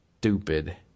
stupid